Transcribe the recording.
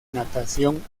natación